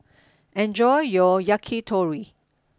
enjoy your Yakitori